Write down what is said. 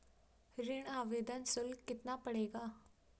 ऋण आवेदन शुल्क कितना पड़ेगा?